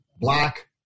black